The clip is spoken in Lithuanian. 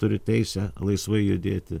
turi teisę laisvai judėti